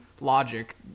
logic